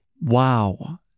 Wow